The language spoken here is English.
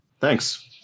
Thanks